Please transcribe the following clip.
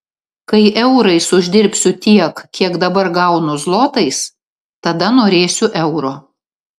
kai eurais uždirbsiu tiek kiek dabar gaunu zlotais tada norėsiu euro